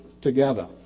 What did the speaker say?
together